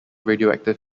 radioactive